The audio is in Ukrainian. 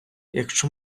якщо